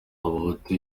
abahutu